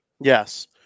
yes